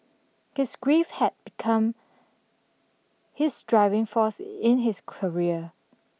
his grief had become his driving force in his career